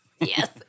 Yes